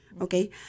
okay